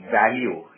value